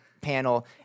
panel